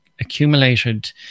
accumulated